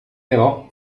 però